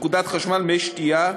נקודת חשמל ומי שתייה,